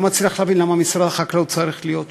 אני לא מצליח להבין למה משרד החקלאות צריך להיות שם.